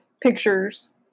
Pictures